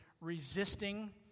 resisting